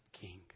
King